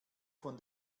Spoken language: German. von